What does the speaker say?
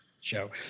show